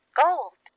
gold